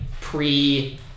pre